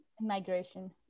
Migration